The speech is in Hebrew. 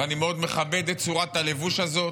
ואני מאוד מכבד את צורת הלבוש הזאת,